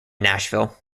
nashville